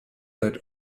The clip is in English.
that